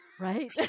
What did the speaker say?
right